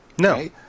No